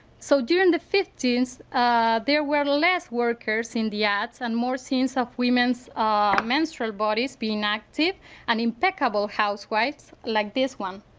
so during the fifty s ah there were less workers in the ads and more sense of women's menstrual bodies being active and impeccable housewives like this one.